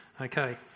Okay